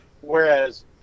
whereas